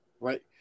right